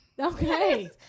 Okay